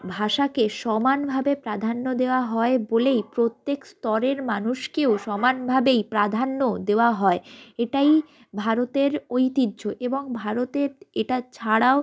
ভাষাকে সমানভাবে প্রাধান্য দেওয়া হয় বলেই প্রত্যেক স্তরের মানুষকেও সমানভাবেই প্রাধান্য দেওয়া হয় এটাই ভারতের ঐতিহ্য এবং ভারতের এটা ছাড়াও